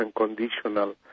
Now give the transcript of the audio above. unconditional